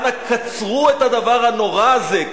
אנא קצרו את הדבר הנורא הזה.